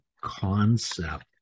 concept